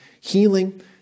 healing